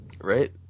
Right